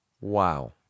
Wow